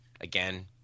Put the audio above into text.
again